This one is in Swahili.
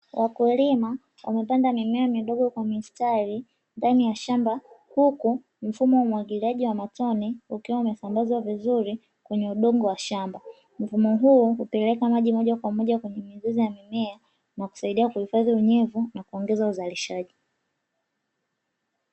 Wakulima wamepanda mimea midogo kwa mistari ndani ya shamba, huku mfumo wa umwagiliaji wa matone ukiwa umesambazwa vizuri kwenye udongo wa shamba. Mfumo huu hupeleka maji moja kwa moja kwenye mizizi ya mimea na kusaidia kuhifadhi unyevu na kuongeza uzalishaji.